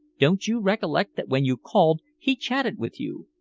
don't you recollect that when you called he chatted with you?